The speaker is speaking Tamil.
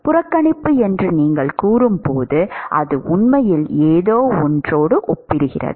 புறக்கணிப்பு என்று நீங்கள் கூறும்போது அது உண்மையில் ஏதோ ஒன்றோடு ஒப்பிடப்படுகிறது